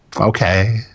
okay